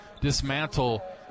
dismantle